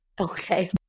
okay